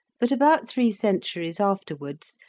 but, about three centuries afterwards,